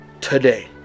today